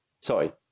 Sorry